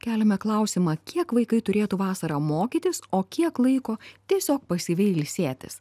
keliame klausimą kiek vaikai turėtų vasarą mokytis o kiek laiko tiesiog pasyviai ilsėtis